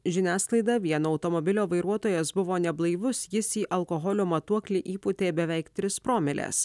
žiniasklaida vieno automobilio vairuotojas buvo neblaivus jis į alkoholio matuoklį įpūtė beveik tris promiles